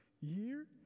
year